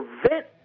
prevent